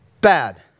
bad